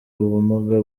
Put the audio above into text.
ubumuga